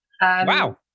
Wow